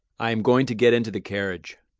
i am going to get into the carriage.